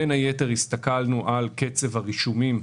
בין היתר הסתכלנו על קצב הרישומים